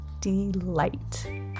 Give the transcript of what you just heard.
delight